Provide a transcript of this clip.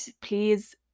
please